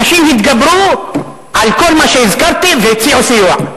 אנשים התגברו על כל מה שהזכרתי והציעו סיוע.